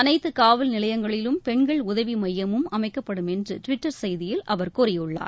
அனைத்து காவல்நிலையங்களிலும் பென்கள் உதவி மையமும் அமைக்கப்படும் என்று டிவிட்டர் செய்தியில் அவர் கூறியுள்ளார்